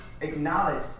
acknowledge